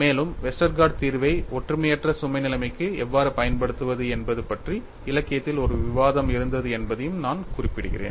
மேலும் வெஸ்டர்கார்ட் தீர்வை ஒற்றுமையற்ற சுமை நிலைமைக்கு எவ்வாறு பயன்படுத்துவது என்பது பற்றி இலக்கியத்தில் ஒரு விவாதம் இருந்தது என்பதையும் நான் குறிப்பிடுகிறேன்